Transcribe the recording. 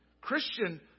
Christian